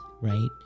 right